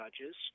Judges